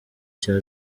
cya